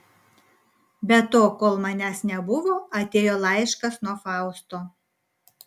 be to kol manęs nebuvo atėjo laiškas nuo fausto